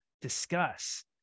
discuss